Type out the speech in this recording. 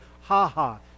ha-ha